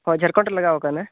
ᱚ ᱡᱷᱟᱲᱠᱷᱚᱱᱰ ᱨᱮ ᱞᱟᱜᱟᱣ ᱟᱠᱟᱱᱟ